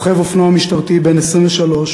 רוכב אופנוע משטרתי בן 23,